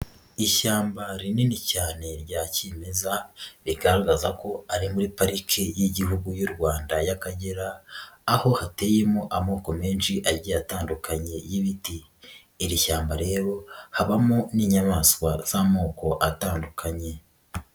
Ishyamba rinini cyane rya kimeza rigaragaza ko ari muri pariki y'Igihugu y'u Rwanda y'Akagera, aho hateyemo amoko menshi agiye atandukanye y'ibiti, iri shyamba rero habamo n'inyamaswa z'amoko atandukanye.